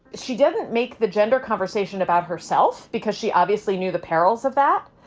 she doesn't make the gender conversation about herself because she obviously knew the perils of that.